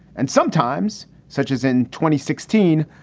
and sometimes, such as in twenty sixteen,